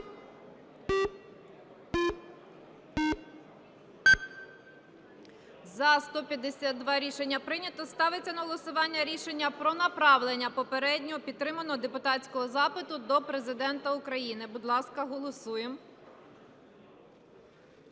За-152 Рішення прийнято. Ставиться на голосування рішення про направлення попередньо підтриманого депутатського запиту до Президента України. Будь ласка, голосуємо.